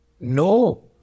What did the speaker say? No